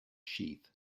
sheath